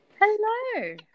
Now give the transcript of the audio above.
Hello